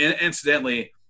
Incidentally